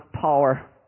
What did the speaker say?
power